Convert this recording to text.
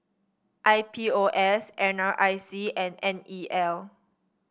I P O S N R I C and N E L